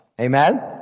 Amen